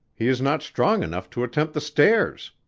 he is not strong enough to attempt the stairs.